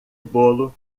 bolo